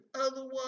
otherwise